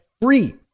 free